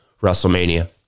WrestleMania